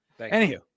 Anywho